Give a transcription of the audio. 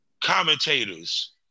commentators